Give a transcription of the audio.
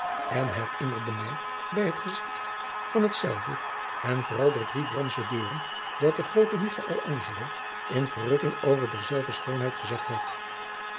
en herinnerde mij bij het gezigt van hetzelve en vooral der drie bronzen deuren dat de groote michael angelo in verrukking over derzelver schoonheid gezegd had